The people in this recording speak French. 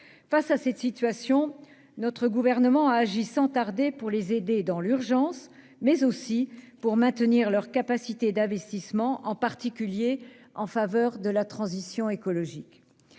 Face à cette situation, notre gouvernement a agi sans tarder, pour les aider dans l'urgence, mais aussi pour qu'elles maintiennent leurs capacités d'investissement, en particulier en faveur de la transition écologique.